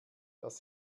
dass